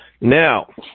now